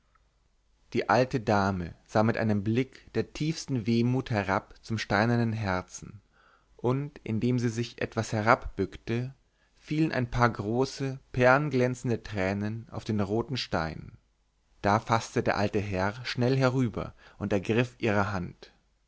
die alte dame sah mit einem blick der tiefsten wehmut herab zum steinernen herzen und indem sie sich etwas herabbückte fielen ein paar große perlenglänzende tränen auf den roten stein da faßte der alte herr schnell herüber und ergriff ihre hand